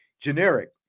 generic